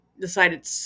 decided